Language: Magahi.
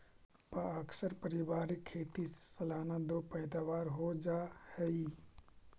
प्अक्सर पारिवारिक खेती से सालाना दो पैदावार हो जा हइ